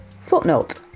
Footnote